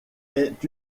est